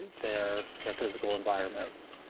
their their physical environment.